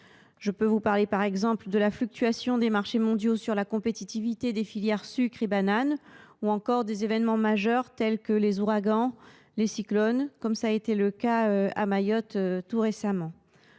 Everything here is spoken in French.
comme illustration les effets de la fluctuation des marchés mondiaux sur la compétitivité des filières sucre et banane, ou encore des événements majeurs tels que les ouragans ou les cyclones, comme celui qui a frappé à Mayotte tout récemment.